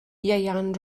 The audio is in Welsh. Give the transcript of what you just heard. ieuan